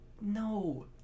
No